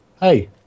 Hey